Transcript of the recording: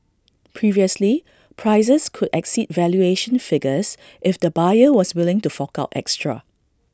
previously prices could exceed valuation figures if the buyer was willing to fork out extra